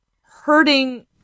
hurting